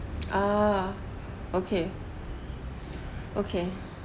ah okay okay